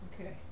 Okay